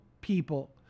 people